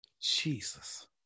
Jesus